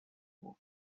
برد